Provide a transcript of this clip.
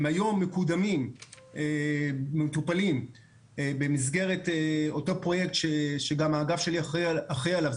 הן היום מטופלות במסגרת אותו פרויקט שגם האגף שלי אחראי עליו,